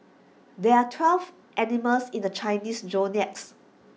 there are twelve animals in the Chinese zodiacs